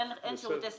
אין שירותי סיעוד.